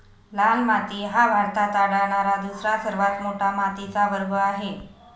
लाल माती हा भारतात आढळणारा दुसरा सर्वात मोठा मातीचा वर्ग आहे